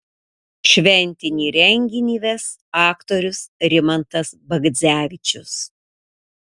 šventinį renginį ves aktorius rimantas bagdzevičius